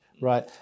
right